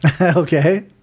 Okay